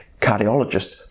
cardiologist